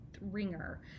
Ringer